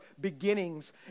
beginnings